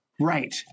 Right